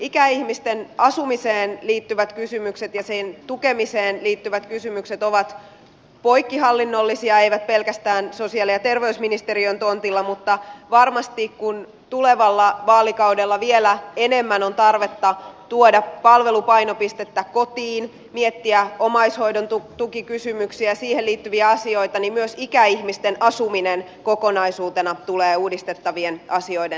ikäihmisten asumiseen liittyvät kysymykset ja sen tukemiseen liittyvät kysymykset ovat poikkihallinnollisia eivät pelkästään sosiaali ja terveysministeriön tontilla mutta varmasti kun tulevalla vaalikaudella vielä enemmän on tarvetta tuoda palvelupainopistettä kotiin miettiä omaishoidon tukikysymyksiä ja siihen liittyviä asioita myös ikäihmisten asuminen kokonaisuutena tulee uudistettavien asioiden listalle